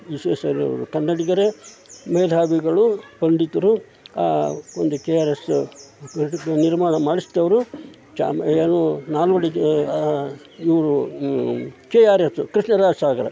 ವಿಶ್ವೇಶ್ವರಯ್ಯನವರು ಕನ್ನಡಿಗರೇ ಮೇಧಾವಿಗಳು ಪಂಡಿತರು ಒಂದು ಕೆ ಆರ್ ಎಸ್ ನಿರ್ಮಾಣ ಮಾಡಿಸಿದವ್ರು ಚಾಮ್ ಏನು ನಾಲ್ವಡಿಗೆ ಇವರು ಕೆ ಆರ್ ಎಸ್ಸು ಕೃಷ್ಣರಾಜ ಸಾಗರ